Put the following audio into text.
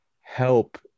help